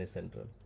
Central